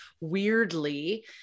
weirdly